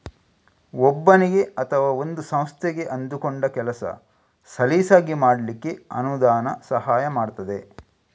ಒಬ್ಬನಿಗೆ ಅಥವಾ ಒಂದು ಸಂಸ್ಥೆಗೆ ಅಂದುಕೊಂಡ ಕೆಲಸ ಸಲೀಸಾಗಿ ಮಾಡ್ಲಿಕ್ಕೆ ಅನುದಾನ ಸಹಾಯ ಮಾಡ್ತದೆ